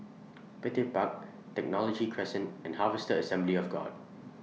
Petir Park Technology Crescent and Harvester Assembly of God